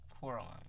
Coraline